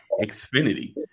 Xfinity